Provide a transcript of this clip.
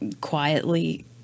quietly